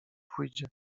pójdzie